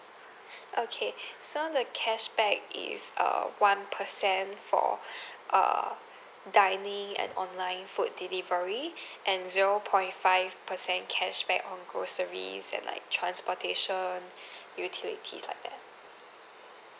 okay so the cashback is uh one percent for err dining and online food delivery and zero point five percent cashback on groceries and like transportation utilities like that